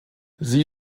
sie